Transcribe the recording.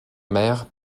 maires